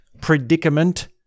predicament